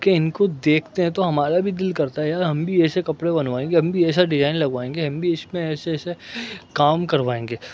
کہ ان کو دیکھتے ہیں تو ہمارا بھی دل کرتا ہے یار ہم بھی ایسے کپڑے بنوائیں گے ہم بھی ایسا ڈیزائن لگوائیں گے ہم بھی اس میں ایسے ایسے کام کروائیں گے